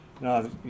No